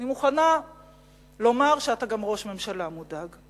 אני מוכנה לומר שאתה גם ראש ממשלה מודאג.